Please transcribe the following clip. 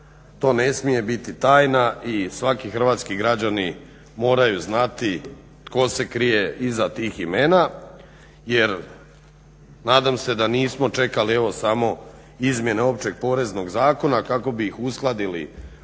to ne smije biti tajna i svaki hrvatski građanin mora znati tko se krije iza tih imena, jer nadam se da nismo čekali samo izmjene Opće poreznog zakona kako bi ih uskladili